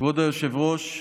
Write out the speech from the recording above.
כבוד היושב-ראש,